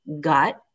gut